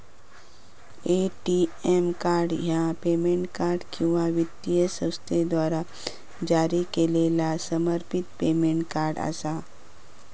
ATM card ह्या payment card किंवा वित्तीय संस्थेद्वारा जारी केलेला समर्पित पेमेंट कार्ड असा